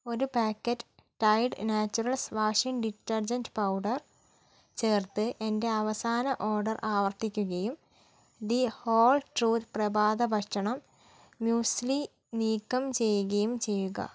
ഒരു packet Tide naturals washing detergent powder ചേർത്ത് എന്റെ അവസാന ഓർഡർ ആവർത്തിക്കുകയും ദി ഹോൾ ട്രൂത്ത് പ്രഭാത ഭക്ഷണം മ്യൂസ്ലി നീക്കം ചെയ്യുകയും ചെയ്യുക